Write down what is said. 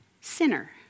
sinner